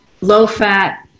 low-fat